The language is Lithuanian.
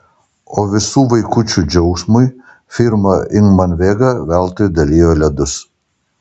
o visų vaikučių džiaugsmui firma ingman vega veltui dalijo ledus